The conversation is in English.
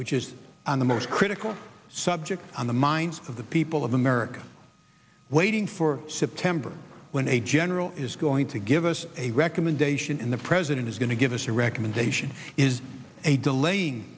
which is on the most critical subject on the minds of the people of america waiting for september when a general is going to give us a recommendation in the president is going to give us a recommendation is a delaying